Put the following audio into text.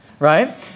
Right